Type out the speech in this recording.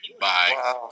Bye